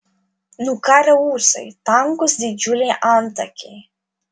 nukarę ūsai tankūs didžiuliai antakiai